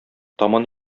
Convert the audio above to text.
таман